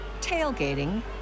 tailgating